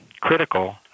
critical